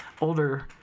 older